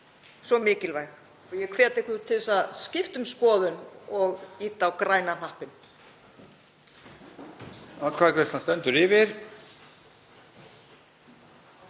svo mikilvægt. Ég hvet ykkur til að skipta um skoðun og ýta á græna hnappinn.